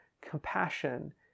compassion